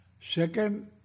Second